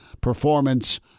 performance